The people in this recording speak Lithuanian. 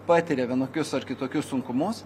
patiria vienokius ar kitokius sunkumus